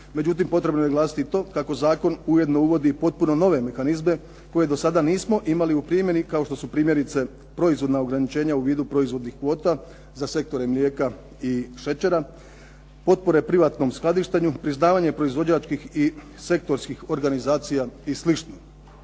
Međutim, potrebno je naglasiti i to kako zakon ujedno uvodi potpuno nove mehanizme koje do sada nismo imali u primjeni kao što su primjerice proizvodnja ograničenja u vidu proizvodnih kvota za sektore mlijeka i šećera, potpore privatnom skladištenju, priznavanje proizvođačkih i sektorskih organizacija i